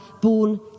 born